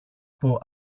που